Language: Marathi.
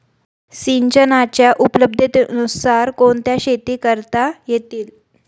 सिंचनाच्या उपलब्धतेनुसार कोणत्या शेती करता येतील?